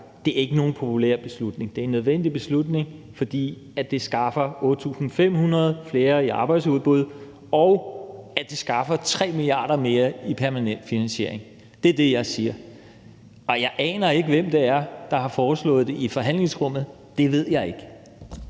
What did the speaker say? at det ikke er nogen populær beslutning. Det er en nødvendig beslutning, fordi det skaffer 8.500 flere i arbejdsudbud, og fordi vi skaffer 3 mia. kr. mere i permanent finansiering. Det er det, jeg siger. Og jeg aner ikke, hvem det er, der har foreslået det i forhandlingsrummet – det ved jeg ikke.